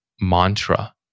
mantra